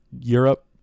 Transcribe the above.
Europe